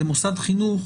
למוסד חינוך,